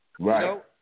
Right